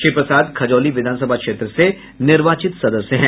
श्री प्रसाद खजौली विधानसभा क्षेत्र से निर्वाचित सदस्य है